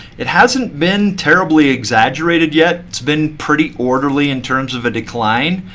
it hasn't been terribly exaggerated yet. it's been pretty orderly in terms of a decline.